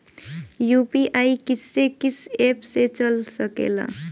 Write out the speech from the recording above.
UPI किस्से कीस app से चल सकेला?